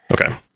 Okay